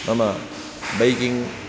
मम बैकिङ्ग्